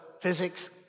physics